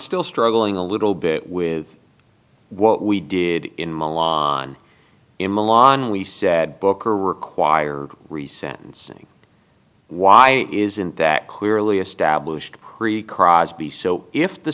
still struggling a little bit with what we did in milan in milan we said book or require re sentencing why isn't that clearly established pre crosby so if the